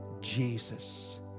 Jesus